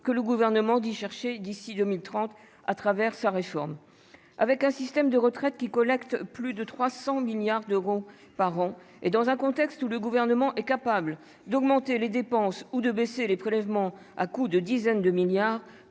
que le gouvernement dit chercher d'ici 2030 à travers sa réforme avec un système de retraite qui collecte, plus de 300 milliards d'euros par an et dans un contexte où le gouvernement est capable d'augmenter les dépenses ou de baisser les prélèvements à coups de dizaines de milliards,